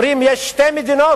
אומרים שיש שתי מדינות,